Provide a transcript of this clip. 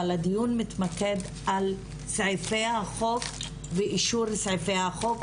אבל הדיון מתמקד על סעיפי החוק ואישור סעיפי החוק,